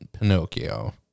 Pinocchio